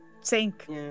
sink